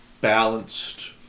balanced